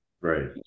Right